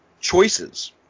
choices